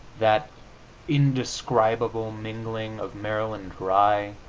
that indescribable mingling of maryland rye,